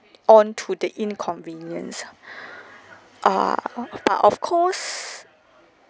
on to the inconvenience ah err uh of course